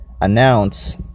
announce